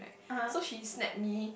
so she snapped me